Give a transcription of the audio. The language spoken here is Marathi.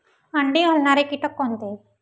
अंडी घालणारे किटक कोणते?